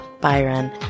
Byron